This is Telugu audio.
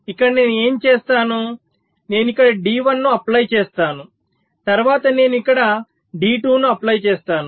ఇక్కడ నేను ఏమి చేస్తాను నేను ఇక్కడ D1 ను అప్లై చేస్తాను తర్వాత నేను ఇక్కడ D2 ను అప్లై చేస్తాను